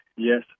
Yes